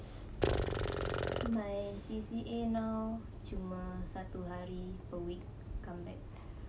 my C_C_A now cuma satu hari per week comeback